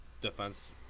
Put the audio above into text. defense